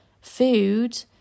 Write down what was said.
food